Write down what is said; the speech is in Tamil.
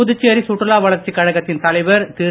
புதுச்சேரி சுற்றுலா வளர்ச்சிக் கழகத்தின் தலைவர் திரு